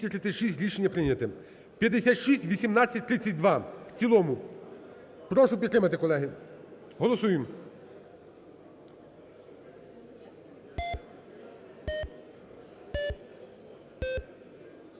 Прошу підтримати, колеги, голосуємо.